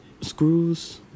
Screws